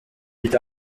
mit